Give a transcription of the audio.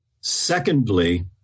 Secondly